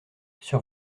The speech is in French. sur